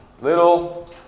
little